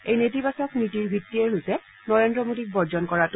এই নেতিবাচক নীতিৰ ভিত্তিয়েই হৈছে নৰেন্দ্ৰ মোডীক বৰ্জন কৰাটো